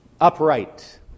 Upright